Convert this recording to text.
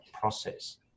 process